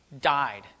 died